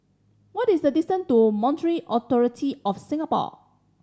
what is the distance to Monetary Authority Of Singapore